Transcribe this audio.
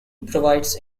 provides